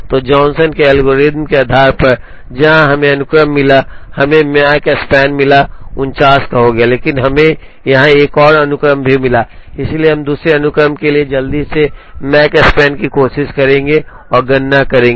तो जॉनसन के एल्गोरिथ्म के आधार पर जहां हमें अनुक्रम मिला हमें माकस्पैन मिला 49 का हो गया लेकिन हमें यहां एक और अनुक्रम भी मिला इसलिए हम दूसरे अनुक्रम के लिए जल्दी से माकस्पन की कोशिश करेंगे और गणना करेंगे